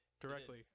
Directly